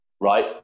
Right